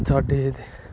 ਸਾਡੇ ਇੱਥੇ